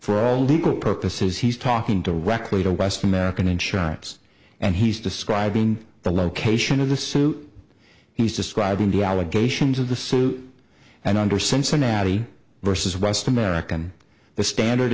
our legal purposes he's talking directly to west american insurance and he's describing the location of the suit he's describing the allegations of the suit and under cincinnati versus west american the